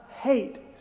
hate